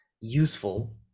useful